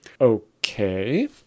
Okay